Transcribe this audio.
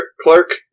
clerk